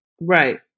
Right